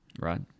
right